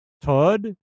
todd